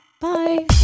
Bye